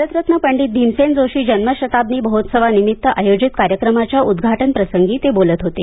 भारतरत्न पंडित भीमसेन जोशी जन्म शताब्दी महोत्सवानिमित्त आयोजित कार्यक्रमाच्या उद्घाटन प्रसंगी ते बोलत होते